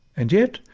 and yet,